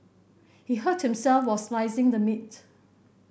he hurt himself while slicing the meat